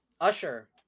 usher